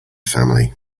family